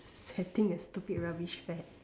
setting a stupid rubbish fad